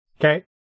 Okay